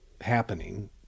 happening